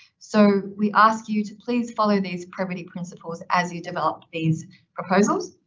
so we ask you to please follow these probity principles as you develop these proposals.